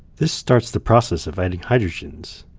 this starts the process of adding hydrogens.